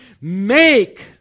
Make